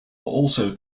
also